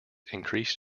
increased